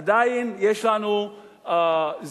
עדיין יש לנו זמן,